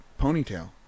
ponytail